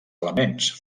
elements